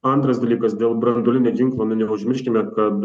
antras dalykas dėl branduolinio ginklo nu neužmirškime kad